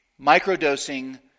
Microdosing